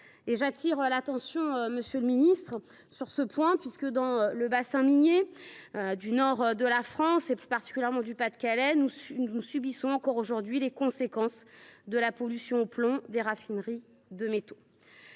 j’attire votre attention à cet égard. Dans le bassin minier du nord de la France, et plus particulièrement du Pas de Calais, nous subissons encore aujourd’hui les conséquences de la pollution au plomb des raffineries de métaux.